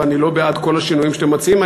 ואני לא בעד כל השינויים שאתם מציעים.